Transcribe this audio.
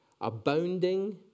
abounding